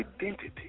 identity